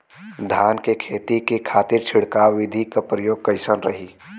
धान के खेती के खातीर छिड़काव विधी के प्रयोग कइसन रही?